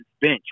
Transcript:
bench